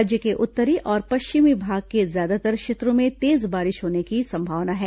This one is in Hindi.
राज्य के उत्तरी और पश्चिमी भाग के ज्यादातर क्षेत्रों में तेज बारिश होने की संभावना है